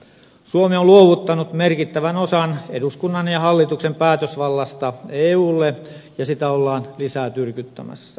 suomi on luovuttanut merkittävän osan eduskunnan ja hallituksen päätösvallasta eulle ja sitä ollaan lisää tyrkyttämässä